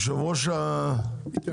אני רוצה להבין, איתי.